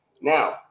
now